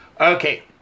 Okay